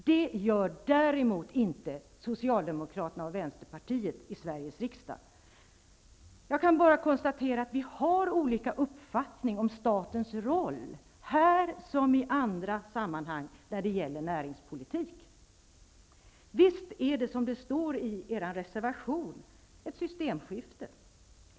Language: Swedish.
Det gör däremot inte Socialdemokraterna och Vänsterpartiet i Sveriges riksdag. Jag kan bara konstatera att vi har olika uppfattning om statens roll, här som i andra sammanhang när det gäller näringspolitik. Visst är det, som det står i s-reservationen, ett systemskifte.